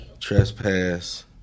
Trespass